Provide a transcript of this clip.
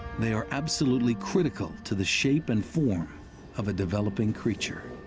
they are absolutely critical to the shape and form of a developing creature.